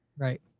Right